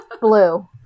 Blue